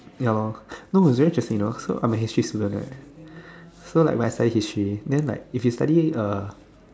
ya lor no is very interesting you know so I'm a history student right so like when I study history then like if you study uh